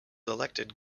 elected